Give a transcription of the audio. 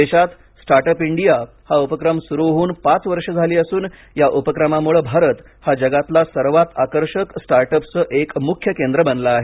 देशात startup India हा उपक्रम सुरु होऊन पाच वर्ष झाले असून या उपक्रमामुळे भारत हा जगातला सर्वात आकर्षक स्टार्टअप्सचं एक मुख्य केंद्र बनला आहे